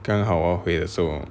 刚刚好我要回的时候 hor